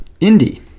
Indie